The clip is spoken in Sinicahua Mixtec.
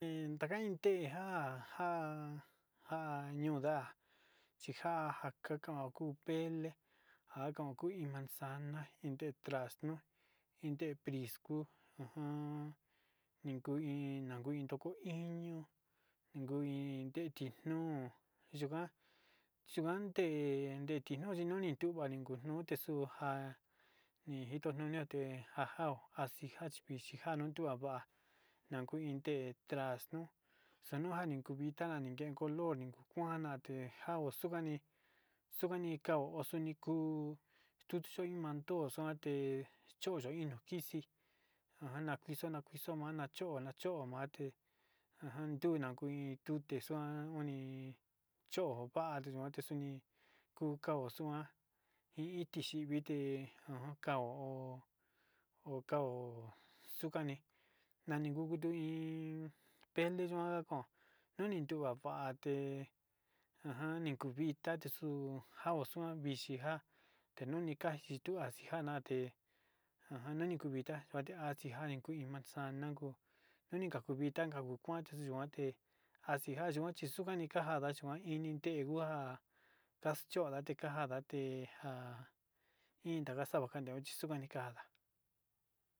Iin ndaka iin tenja nja'a nja'a ñóo nda'a chinjan kakao kuu tele nja kakuu iin manzana in nde drazno iin nde prisko ajan ni kuu iná iin nduu iin nroko iñi ni kuu iin ndetid nuu yunjan chande nditinu ninuni nduva nikonote xuu nduja nidito ñuu ñote njanjano njadija chivixhi njanu ndujan va'a nanguu iin té taxnuu xanujan nikuvita nikej color nikuante nja'a oxukani xukani kao oxuni kuu uxuu inmando xuate choxhi no kixi ajan na kixa'a nakuixo mana choma'a chomate ajan nuin nakuin tute xuan oni chovate yuate xuni ndukanu xuan iin iti xhii vité ajan ko'o oka'ó xunit nani ngu kutu iin tele yuan njakon nuni ndua vaté ajan ni kuu vita texuu njaoxo vixhi nja'a tenuni njan ndexua njunijanate ajan ne ne vita'a xuate njan xhinjan iin kui iin manzana nako nani kan kuu vitá inka okuaxhi kuante njaxe kuan yuaxhe xukani njanda yuxhein initen njua kaxchondate njakandate nja'a inda xakavadaxo yukande kanda'a.